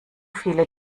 viele